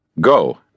Go